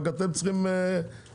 רק אתם צריכים כסף?